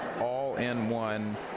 all-in-one